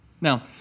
Now